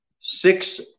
Six